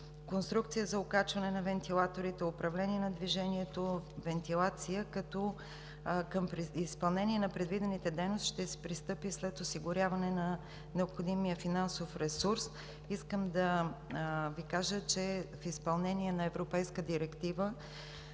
конструкция за окачване на вентилаторите, управление на движението, вентилация, като към изпълнение на предвидените дейности ще се пристъпи след осигуряване на необходимия финансов ресурс. Искам да Ви кажа, че в изпълнение на европейска директива